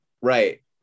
Right